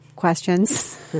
Questions